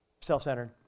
self-centered